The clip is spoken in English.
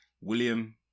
William